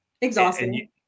Exhausting